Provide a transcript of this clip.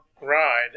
ride